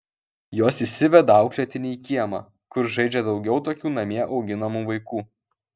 jos išsiveda auklėtinį į kiemą kur žaidžia daugiau tokių namie auginamų vaikų